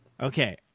Okay